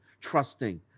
trusting